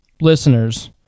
listeners